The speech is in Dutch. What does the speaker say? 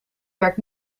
werkt